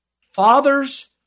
Fathers